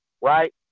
right